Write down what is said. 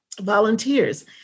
volunteers